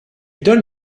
donne